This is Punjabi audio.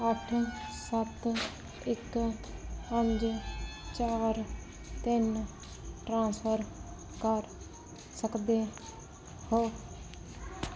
ਅੱਠ ਸੱਤ ਇੱਕ ਪੰਜ ਚਾਰ ਤਿੰਨ ਟ੍ਰਾਂਸਫਰ ਕਰ ਸਕਦੇ ਹੋ